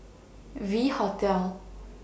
V Hotel